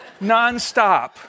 nonstop